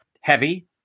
heavy